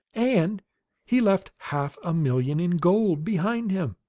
and he left half a million in gold behind him!